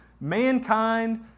Mankind